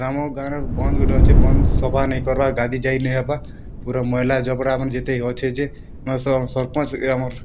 ଆମ ଗାଁରେ ବନ୍ଦ୍ ଗୁଟେ ଅଛେ ବନ୍ଦ୍ ସଫା ନେଇଁ କର୍ବା ଗାଧି ଯାଇ ନେଇଁ ହେବା ପୁରା ମଇଲା ଜବ୍ଡ଼ାମନେ ଯେତେ ଅଛେ ଯେ ନୂଆ ସର୍ପଞ୍ଚ୍ ଆମର୍